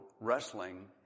wrestling